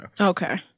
Okay